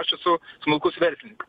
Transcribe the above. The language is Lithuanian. aš esu smulkus verslininkas